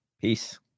peace